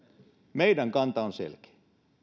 meidän kantamme on selkeä